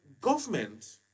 government